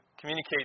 communicate